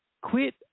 Quit